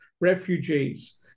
refugees